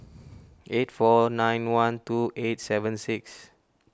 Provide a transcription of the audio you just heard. eight four nine one two eight seven six